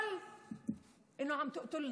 בכל פעם מקפחת אותנו.